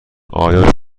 آیا